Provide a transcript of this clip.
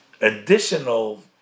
additional